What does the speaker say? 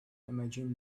imagine